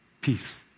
peace